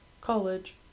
college